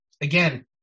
Again